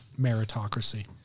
meritocracy